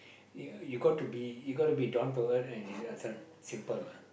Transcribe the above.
ya you got to be you got to be down to earth and deserve a chance simple